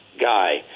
guy